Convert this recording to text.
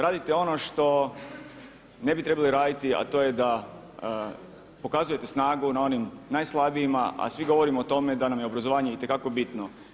Radite ono što ne bi trebali raditi a to je da pokazujete snagu na onim najslabijima a svi govorimo o tome da nam je obrazovanje itekako bitno.